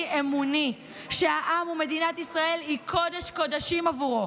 אמוני שהעם ומדינת ישראל היא קודש-קודשים עברו.